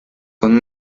con